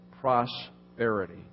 prosperity